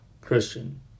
Christian